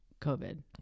COVID